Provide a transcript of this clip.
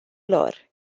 lor